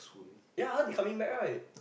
ya heard they coming back right